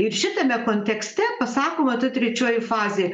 ir šitame kontekste pasakoma ta trečioji fazė